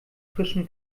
frischem